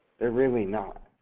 they're really not.